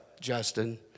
Justin